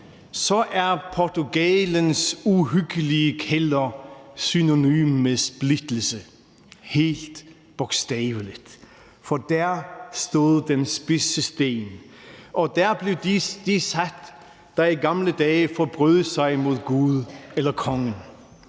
så er Portugalens uhyggelige kælder synonym med splittelse – helt bogstaveligt, for der stod den spidse sten, og på den blev dem, der i gamle dage forbrød sig mod Gud eller kongen,